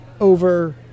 over